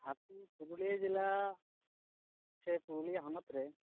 ᱟᱯᱮ ᱯᱩᱨᱩᱞᱤᱭᱟᱹ ᱡᱮᱞᱟ ᱥᱮ ᱯᱩᱨᱩᱞᱤᱭᱟᱹ ᱦᱚᱱᱚᱛ ᱨᱮ